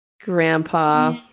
Grandpa